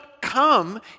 come